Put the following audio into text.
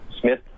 Smith